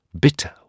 bitter